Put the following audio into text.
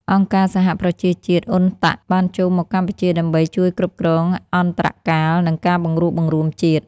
អង្គការសហប្រជាជាតិ (UNTAC) បានចូលមកកម្ពុជាដើម្បីជួយគ្រប់គ្រងអន្តរកាល និងការបង្រួបបង្រួមជាតិ។